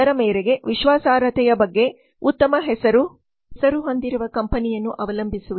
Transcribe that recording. ಅದರ ಮೇರೆಗೆ ವಿಶ್ವಾಸಾರ್ಹತೆಯ ಬಗ್ಗೆ ಉತ್ತಮ ಹೆಸರು ಹೊಂದಿರುವ ಕಂಪನಿಯನ್ನು ಅವಲಂಬಿಸುವುದು